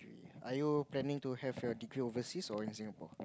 are you planning to have your degree overseas or in Singapore